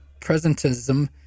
presentism